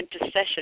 intercession